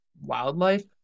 wildlife